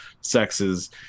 sexes